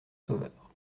sauveur